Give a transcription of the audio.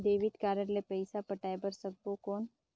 Debit card ले पइसा पटाय बार सकबो कौन?